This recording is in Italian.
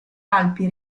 alpi